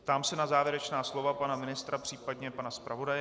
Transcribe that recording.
Ptám se na závěrečná slova pana ministra, případně pana zpravodaje.